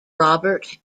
robert